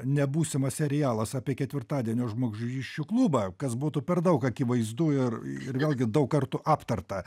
ne būsimas serialas apie ketvirtadienio žmogžudysčių klubą kas būtų per daug akivaizdu ir ir vėlgi daug kartų aptarta